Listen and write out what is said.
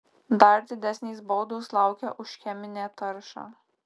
dar didesnės baudos laukia už cheminę taršą